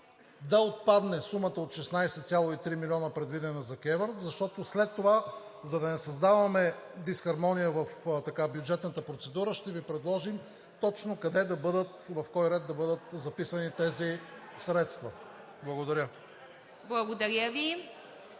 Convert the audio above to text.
да отпадне сумата от 16,3 милиона, предвидена за КЕВР, защото след това, за да не създаваме дисхармония в бюджетната процедура, ще Ви предложим точно в кой ред да бъдат записани тези средства. Благодаря. ПРЕДСЕДАТЕЛ